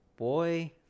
boy